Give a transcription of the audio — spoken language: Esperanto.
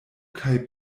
kaj